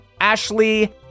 Ashley